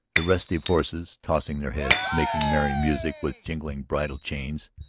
the restive horses, tossing their heads, making merry music with jingling bridle chains,